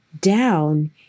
down